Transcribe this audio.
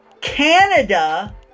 Canada